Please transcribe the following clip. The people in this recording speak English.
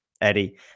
Eddie